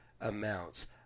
amounts